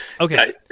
okay